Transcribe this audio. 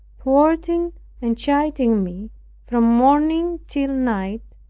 thwarting and chiding me from morning till night,